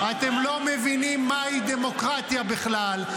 אתם לא מבינים מה היא דמוקרטיה בכלל.